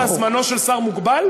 סליחה, זמנו של שר מוגבל?